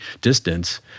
distance